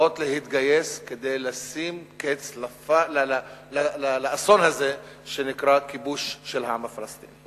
תתגייס כדי לשים קץ לאסון הזה שנקרא כיבוש העם הפלסטיני.